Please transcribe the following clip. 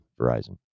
Verizon